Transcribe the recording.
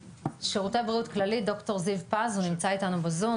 שירותי בריאות כללית, ד"ר זיו פז נמצא איתנו בזום.